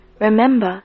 remember